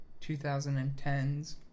2010s